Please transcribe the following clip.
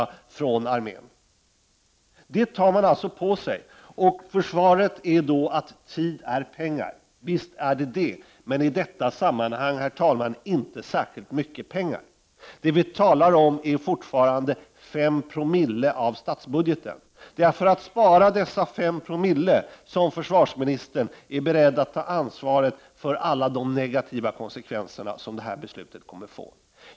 Det ansvaret tar man alltså på sig, och försvaret är att tid är pengar. Visst är det så. Men i detta sammanhang, herr talman, är det inte särskilt mycket pengar. Vi talar fortfarande om 5 Ko av statsbudgeten. Det är för att spara dessa 5260 som försvarsministern är beredd att ta ansvaret för alla de negativa konsekvenserna som det här beslutet kommer att få.